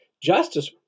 justice